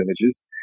images